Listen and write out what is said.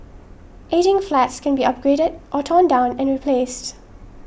ageing flats can be upgraded or torn down and replaced